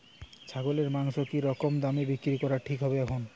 ছাগলের মাংস কী রকম দামে বিক্রি করা ঠিক হবে এখন?